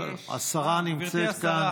השרה נמצאת כאן.